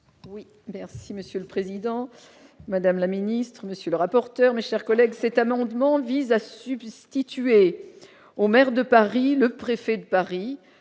Oui, merci Monsieur le Président, Madame la Ministre, Monsieur le rapporteur mais, chers collègues, cet amendement vise à substituer au maire de Paris, le préfet de Paris,